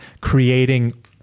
creating